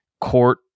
court